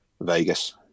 Vegas